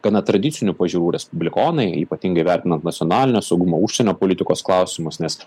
gana tradicinių pažiūrų respublikonai ypatingai vertinant nacionalinio saugumo užsienio politikos klausimus nes